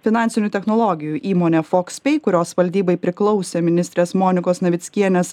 finansinių technologijų įmonė fox pei kurios valdybai priklausė ministrės monikos navickienės